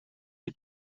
you